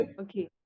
Okay